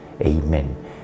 Amen